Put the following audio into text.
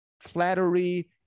flattery